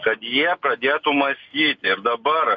kad jie pradėtų mąstyti ir dabar